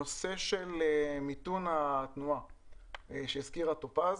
הנושא של מיתון התנועה שהזכירה טופז.